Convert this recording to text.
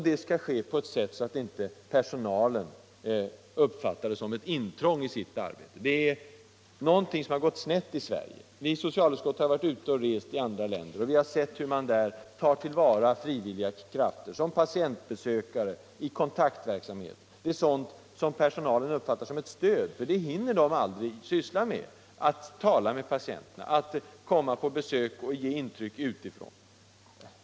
Det skall ske på ett sådant sätt, att inte personalen uppfattar det som ett intrång i deras arbete. Här är det någonting som har gått snett i Sverige. Socialutskottet har varit ute och rest i andra länder och sett hur man där tar till vara frivilliga krafter som patientbesökare och i kontaktverksamhet. Det uppfattar personalen som ett stöd, för de hinner inte syssla med sådant — att tala med patienterna och ge intryck utifrån.